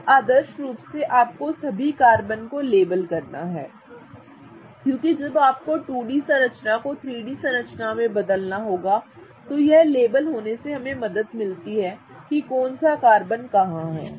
अब आदर्श रूप से आपको सभी कार्बन को लेबल करना है क्योंकि जब आपको 2 डी संरचना को 3 डी संरचना में बदलना होगा तो यह लेबल होने से हमें मदद मिलती है कि कौन सा कार्बन कहां है